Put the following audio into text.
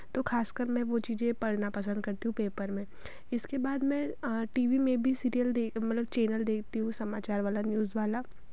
तो खासकर मैं वो चीज़ें पढ़ना पसंद करती हूँ पेपर में इसके बाद मैं टी वी में भी सीरियल मतलब चैनल देखती हूँ समाचार वाला न्यूज़ वाला